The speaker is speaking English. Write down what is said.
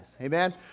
Amen